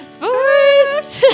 first